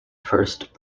first